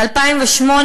ב-2008